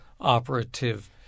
operative